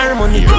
money